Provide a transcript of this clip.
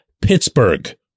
pittsburgh